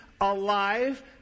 alive